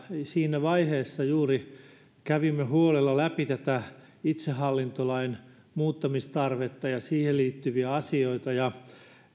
siinä vaiheessa juuri kävimme huolella läpi tätä itsehallintolain muuttamistarvetta ja siihen liittyviä asioita ja